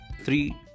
three